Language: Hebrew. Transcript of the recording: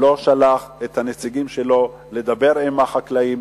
לא שלח את הנציגים שלו לדבר עם החקלאים,